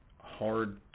hard